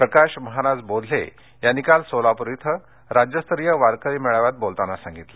प्रकाश महाराज बोधले यांनी काल सोलापुर इथं राज्यस्तरीय वारकरी मेळाव्यात बोलताना सांगितलं